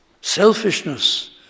selfishness